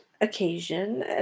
occasion